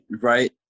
right